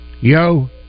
Yo